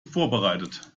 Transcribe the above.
vorbereitet